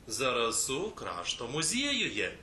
zarasų krašto muziejuje